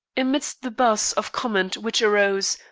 amidst the buzz of comment which arose,